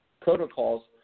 protocols